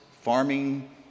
farming